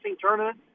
tournament